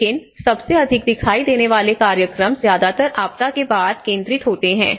लेकिन सबसे अधिक दिखाई देने वाले कार्यक्रम ज्यादातर आपदा के बाद केंद्रित होते हैं